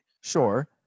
Sure